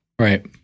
Right